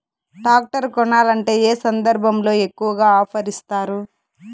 Tractor కొనాలంటే ఏ సందర్భంలో ఎక్కువగా ఆఫర్ ఇస్తారు?